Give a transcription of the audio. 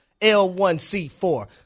L1C4